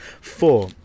Four